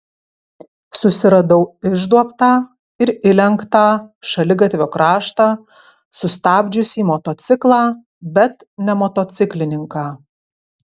susiradau išduobtą ir įlenktą šaligatvio kraštą sustabdžiusį motociklą bet ne motociklininką